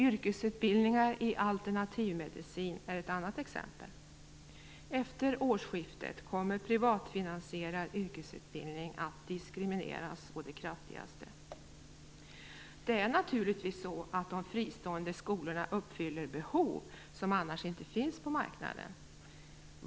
Yrkesutbildningar i alternativmedicin är ett annat exempel. Efter årsskiftet kommer privatfinansierad yrkesutbildning att diskrimineras å det kraftigaste. De fristående skolorna uppfyller naturligtvis behov av något som annars inte finns på marknaden.